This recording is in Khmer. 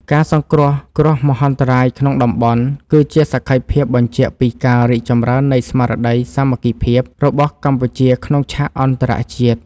ការសង្គ្រោះគ្រោះមហន្តរាយក្នុងតំបន់ គឺជាសក្ខីភាពបញ្ជាក់ពីការរីកចម្រើននៃស្មារតីសាមគ្គីភាពរបស់កម្ពុជាក្នុងឆាកអន្តរជាតិ។